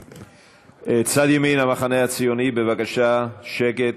כבוד, צד ימין, המחנה הציוני, בבקשה שקט.